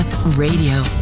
Radio